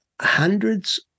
hundreds